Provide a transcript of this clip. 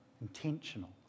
intentional